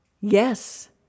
Yes